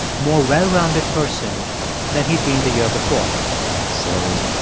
more well-rounded person than he'd been the year before so